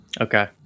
Okay